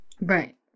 Right